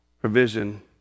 provision